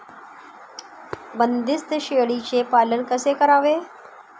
बंदिस्त शेळीचे पालन कसे करावे?